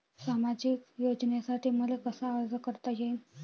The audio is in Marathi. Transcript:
सामाजिक योजनेसाठी मले कसा अर्ज करता येईन?